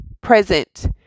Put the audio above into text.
present